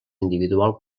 individual